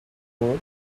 coat